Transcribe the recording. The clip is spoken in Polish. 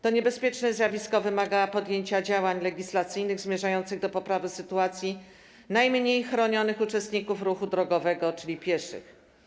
To niebezpieczne zjawisko wymaga podjęcia działań legislacyjnych zmierzających do poprawy sytuacji najmniej chronionych uczestników ruchu drogowego, czyli pieszych.